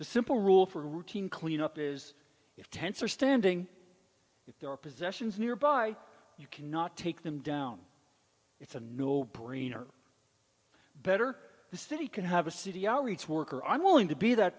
the simple rule for routine clean up is if tents are standing if there are possessions nearby you cannot take them down it's a no brainer better the city can have a city outreach worker i'm willing to be that